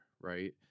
right